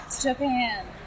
Japan